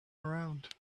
around